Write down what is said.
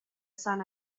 sun